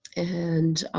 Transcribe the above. and